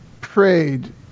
prayed